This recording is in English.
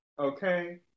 Okay